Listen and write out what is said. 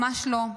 ממש לא.